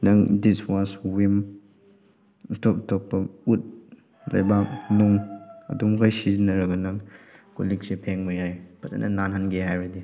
ꯅꯪ ꯗꯤꯁꯋꯥꯁ ꯋꯤꯝ ꯑꯇꯣꯞ ꯑꯇꯣꯞꯄ ꯎꯠ ꯂꯩꯕꯥꯛ ꯅꯨꯡ ꯑꯗꯨꯝꯒꯩ ꯁꯤꯖꯤꯟꯅꯔꯕꯅ ꯀꯣꯜꯂꯤꯛꯁꯦ ꯐꯦꯡꯕ ꯌꯥꯏ ꯐꯖꯅ ꯅꯥꯜꯍꯟꯒꯦ ꯍꯥꯏꯔꯗꯤ